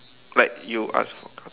like you ask for